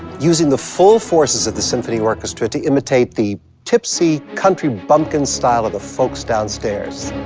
using the full forces of the symphony orchestra to imitate the tipsy country bumpkin style of the folks downstairs.